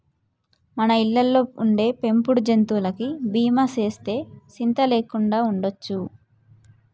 మన ఇళ్ళలో ఉండే పెంపుడు జంతువులకి బీమా సేస్తే సింత లేకుండా ఉండొచ్చు